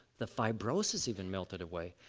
the fibrosis even melted away,